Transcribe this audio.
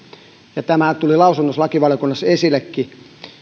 tämähän tuli lausunnoissa lakivaliokunnassa esillekin